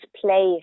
play